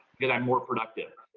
because i'm more productive.